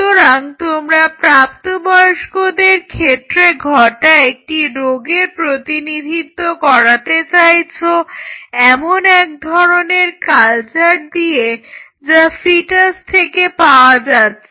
সুতরাং তোমরা প্রাপ্ত বয়স্কদের ক্ষেত্রে ঘটা একটি রোগের প্রতিনিধিত্ব করাতে চাইছো এমন এক ধরনের কালচার দিয়ে যা ফিটাস থেকে পাওয়া যাচ্ছে